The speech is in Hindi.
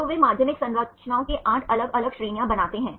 तो वे माध्यमिक संरचनाओं के 8 अलग अलग श्रेणियां बनाते हैं